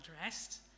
dressed